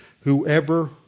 whoever